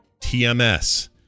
TMS